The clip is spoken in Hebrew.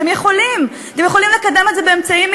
אתם יכולים לקדם את זה באמצעים מינהליים,